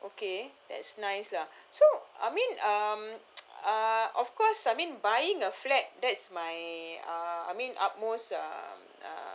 okay that's nice ah so I mean um uh of course I mean buying a flat that's my uh I mean upmost um uh